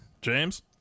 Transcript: James